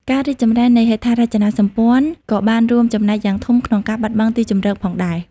ការរីកចម្រើននៃហេដ្ឋារចនាសម្ព័ន្ធ ក៏បានរួមចំណែកយ៉ាងធំក្នុងការបាត់បង់ទីជម្រកផងដែរ។